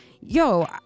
yo